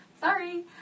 Sorry